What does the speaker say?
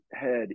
head